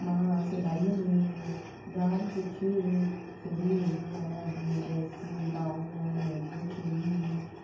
मां सिलाईअ में जामु कुझु सुबी वेंदी आहियां जीअं ड्रैसियूं गाउन लहिंगो चोली